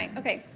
like okay.